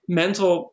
mental